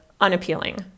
unappealing